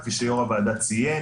כפי שיו"ר הוועדה ציין.